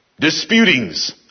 Disputings